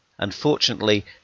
Unfortunately